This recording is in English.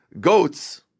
goats